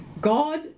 God